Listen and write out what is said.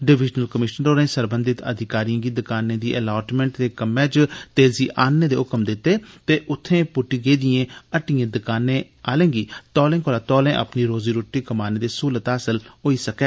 divisional commissioner होरें सरबंधित अधिकारिएं गी दुकानें दी अलाटमैंन दे कम्मै इच तेजी आनने दे ह्कम दित्ते तां जे उत्थे पुटटी गेदिएं हटटयें द्कानें आहलें गी तौले कोला तौले अपनी रोजी रोटी कमाने दी सहूलत हासल होई सकै